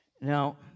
Now